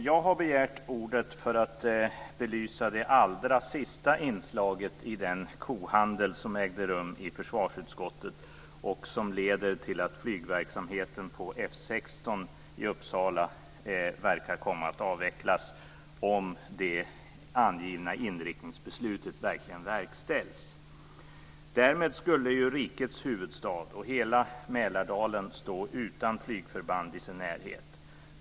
Jag har begärt ordet för att belysa det allra sista inslaget i den kohandel som ägde rum i försvarsutskottet och som leder till att flygverksamheten på F 16 i Uppsala kan komma att avvecklas om det angivna inriktningsbeslutet verkligen verkställs. Därmed skulle rikets huvudstad och hela Mälardalen stå utan flygförband i sin närhet.